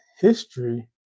history